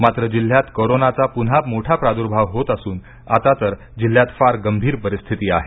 मात्र जिल्ह्यात कोरोनाचा पुन्हा मोठा प्रादुर्भाव होत असून आतातर जिल्ह्यात फार गंभीर स्थिती आहे